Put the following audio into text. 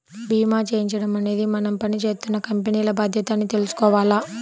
భీమా చేయించడం అనేది మనం పని జేత్తున్న కంపెనీల బాధ్యత అని తెలుసుకోవాల